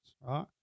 Right